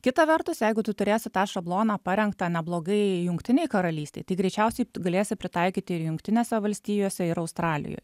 kita vertus jeigu tu turėsi tą šabloną parengtą neblogai jungtinei karalystei tai greičiausiai tu galėsi pritaikyti ir jungtinėse valstijose ir australijoj